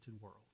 world